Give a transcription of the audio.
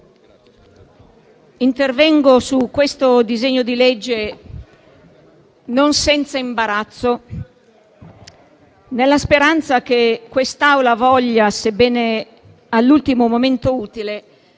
intervengo sul disegno di legge in esame non senza imbarazzo nella speranza che quest'Assemblea, sebbene all'ultimo momento utile,